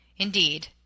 Indeed